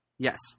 Yes